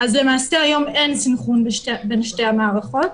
למעשה היום אין סנכרון בין שתי המערכות.